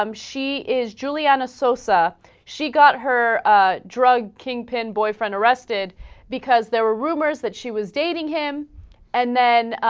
um she is giulianna cell so sap she got her ah. drug kingpin boyfriend arrested because they're rumors that she was dating him and then ah.